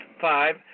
five